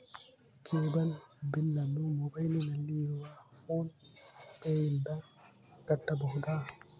Cable ಬಿಲ್ಲನ್ನು ಮೊಬೈಲಿನಲ್ಲಿ ಇರುವ ಫೋನ್ ಪೇನಿಂದ ಕಟ್ಟಬಹುದಾ?